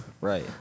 Right